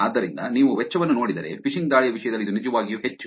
ಆದ್ದರಿಂದ ನೀವು ವೆಚ್ಚವನ್ನು ನೋಡಿದರೆ ಫಿಶಿಂಗ್ ದಾಳಿಯ ವಿಷಯದಲ್ಲಿ ಇದು ನಿಜವಾಗಿಯೂ ಹೆಚ್ಚು